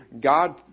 God